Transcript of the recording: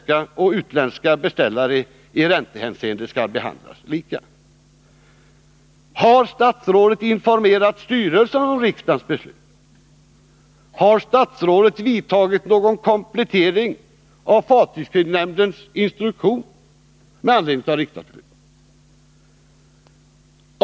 Har statsrådet företagit någon komplettering av fartygskreditnämndens instruktion med anledning av riksdagsbeslutet?